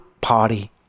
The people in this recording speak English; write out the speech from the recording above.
party